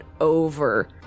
over